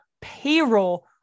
payroll